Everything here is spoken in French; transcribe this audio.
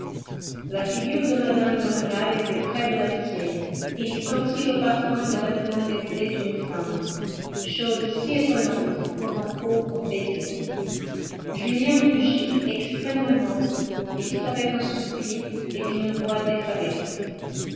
la figure de mme de rênal était près de la sienne il sentit le parfum des vêtements d'été d'une femme chose si étonnante pour un pauvre paysan julien rougit extrêmement et dit avec un soupir et d'une voix défaillante